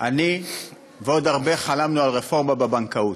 אני ועוד הרבה חלמנו על רפורמה בבנקאות.